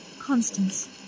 Constance